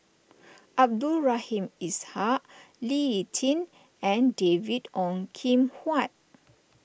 Abdul Rahim Ishak Lee Tjin and David Ong Kim Huat